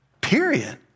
period